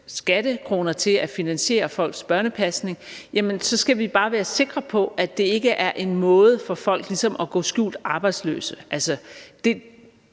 skattekroner til at finansiere folks børnepasning, skal vi bare være sikre på, at det ikke er en måde for folk ligesom at gå skjult arbejdsløse